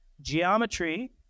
geometry